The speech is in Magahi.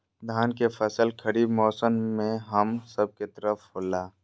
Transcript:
धान के फसल खरीफ मौसम में हम सब के तरफ होला